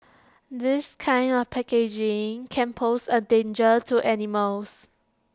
this kind of packaging can pose A danger to animals